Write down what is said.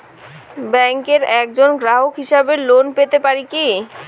ব্যাংকের একজন গ্রাহক হিসাবে লোন পেতে পারি কি?